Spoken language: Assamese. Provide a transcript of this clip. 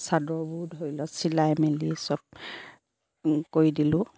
চাদৰবোৰ ধৰি লওক চিলাই মেলি চব কৰি দিলোঁ